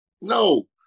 no